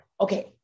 okay